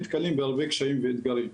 נתקלים בהרבה קשיים ואתגרים,